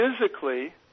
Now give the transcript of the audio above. physically